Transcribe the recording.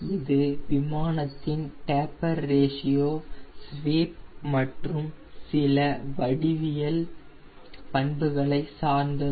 இது விமானத்தின் taper ratio sweep மற்றும் சில வடிவியல் பண்புகளை சார்ந்தது